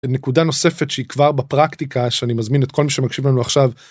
נקודה נוספת שהיא כבר בפרקטיקה שאני מזמין את כל מי שמקשיב לנו עכשיו.